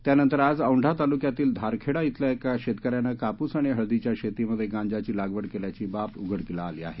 त्यानंतर आज औढा तालुक्यातील धारखेडा धिल्या एका शेतकऱ्यांने कापूस आणि हळदीच्या शेतीमध्ये गांजाची लागवड केल्याची बाब आज उघडकीस आली आहे